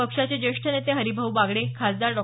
पक्षाचे ज्येष्ठ नेते हरिभाऊ बागडे खासदार डॉ